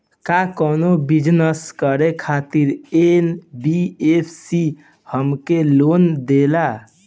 का कौनो बिजनस करे खातिर एन.बी.एफ.सी हमके लोन देला?